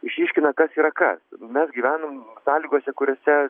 išryškina kas yra kas mes gyvenam sąlygose kuriose